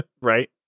Right